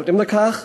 נותנים לכך,